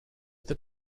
that